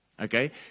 Okay